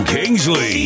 Kingsley